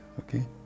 okay